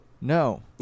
No